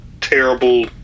terrible